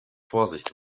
vorsicht